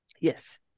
Yes